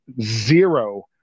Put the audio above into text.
zero